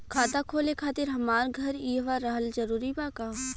खाता खोले खातिर हमार घर इहवा रहल जरूरी बा का?